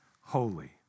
holy